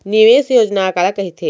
निवेश योजना काला कहिथे?